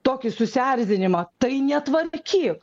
tokį susierzinimą tai netvarkyk